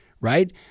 right